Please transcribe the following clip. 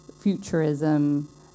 futurism